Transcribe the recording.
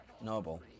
noble